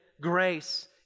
grace